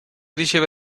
riceve